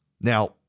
Now